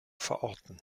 verorten